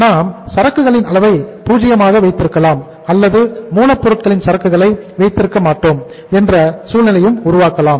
நாம் சரக்குகளின் அளவை 0 ஆக வைத்திருக்கலாம் அல்லது மூலப்பொருட்களின் சரக்குகளை வைத்திருக்க மாட்டோம் என்ற சூழ்நிலையும் உருவாக்கலாம்